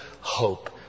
hope